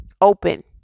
open